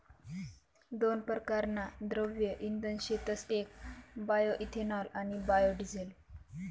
दोन परकारना द्रव्य इंधन शेतस येक बायोइथेनॉल आणि बायोडिझेल